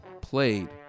played